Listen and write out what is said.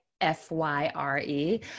F-Y-R-E